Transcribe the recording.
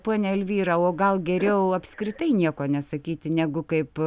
ponia elvyra o gal geriau apskritai nieko nesakyti negu kaip